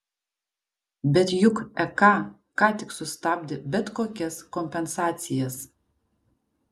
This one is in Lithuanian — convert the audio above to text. bet juk ek ką tik sustabdė bet kokias kompensacijas